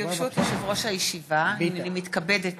יושב-ראש הישיבה, הינני מתכבדת